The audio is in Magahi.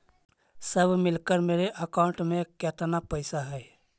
सब मिलकर मेरे अकाउंट में केतना पैसा है?